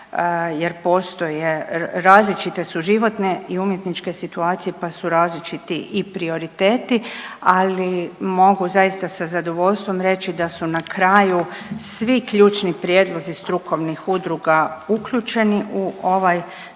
jer postoje, različite su životne i umjetničke situacije, pa su različiti i prioriteti, ali mogu zaista sa zadovoljstvom reći da su na kraju svi ključni prijedlozi strukovnih udruga uključeni u ovaj